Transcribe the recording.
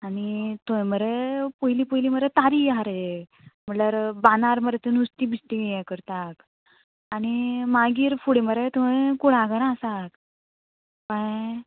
आनी थंय मरे पयलीं पयलीं मरे तारी आहा रे म्हटल्यार बांदार मरे थंय नुस्तीं बिस्ती हें करता आनी मागीर फुडें मरे थंय कुळागरां आसा कळ्ळें